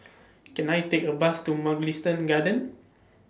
Can I Take A Bus to Mugliston Gardens